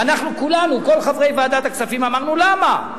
וכל חברי ועדת הכספים אמרנו: למה?